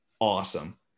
awesome